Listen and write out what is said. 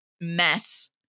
mess